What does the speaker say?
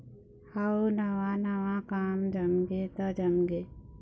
अउ नवा नवा काम जमगे त जमगे